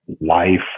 life